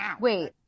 Wait